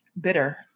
bitter